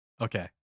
okay